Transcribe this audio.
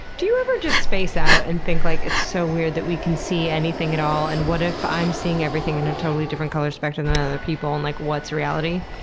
do you ever just space out and think like it's so weird that we can see anything at all? and what if i'm seeing everything in a totally different color spectrum than other people and like, what's reality?